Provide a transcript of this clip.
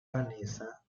vanessa